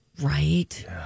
right